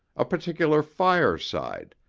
a particular fireside,